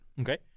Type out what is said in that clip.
Okay